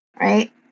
right